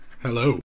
Hello